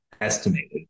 estimated